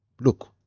look